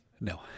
No